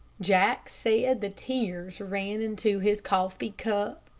jack said the tears ran into his coffee cup.